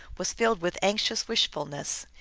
was filled with anxious wishfulness.